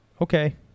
Okay